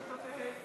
לא, זה בסדר, בסדר.